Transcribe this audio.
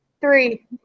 Three